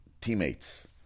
teammates